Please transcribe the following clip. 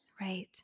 Right